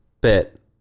Bit